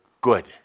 Good